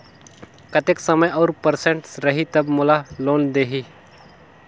कतेक समय और परसेंट रही तब मोला लोन देही?